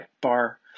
bar